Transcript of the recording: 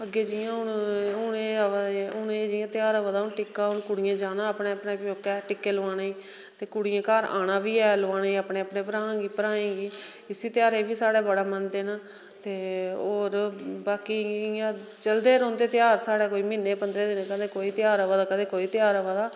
अग्गै जियां हुन हुन एह् आवा दे हुन एह् जियां ध्यार आवा टिक्का हुन कुड़ियें जाना अपने अपने प्योकै टिक्के लोआने गी ते कुड़ियें घर आना बी ऐ लोआने गी अपने अपने भ्राएं गी भ्राएं गी इसी ध्यारै गी बी स्हाड़ै बड़ा मनदे न ते होर बाकी इयां चलदे रौहंदे ध्यार स्हाड़ै कोई म्हीने पंदरें दिनें कदें कोई ध्यार आवा दा कदें कोई ध्यार आवा